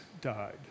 died